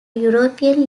european